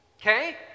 Okay